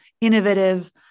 innovative